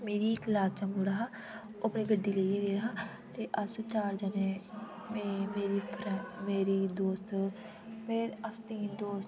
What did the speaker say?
मेरी एक क्लास दा मुड़ा हा ओह् अपनी गड़ी लियै गेदा हा ते अस चार जने हे मैं मेरी मेरी दोस्त अस तीन दोस्त टीचर कन्ने मस्ती करनी उनेई बी नचाना कुद बी अपे बी नचना ते असेई बड़ा मजा आना ते ओह्दे बाच च जाना ते कन्ने टीचर कन्ने मस्ती करनी ओह् दिन साढ़े